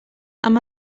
amb